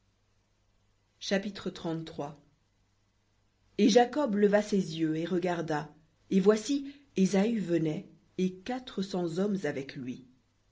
chapitre et jacob leva ses yeux et regarda et voici ésaü venait et quatre cents hommes avec lui